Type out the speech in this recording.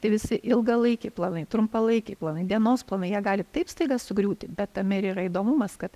tai visi ilgalaikiai planai trumpalaikiai planai dienos planai jie gali taip staiga sugriūti bet tame ir yra įdomumas kad